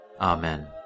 Amen